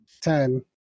Ten